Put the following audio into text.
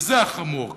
וזה החמור כאן.